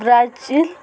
Brazil